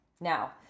Now